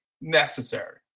necessary